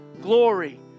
glory